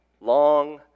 long